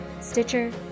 Stitcher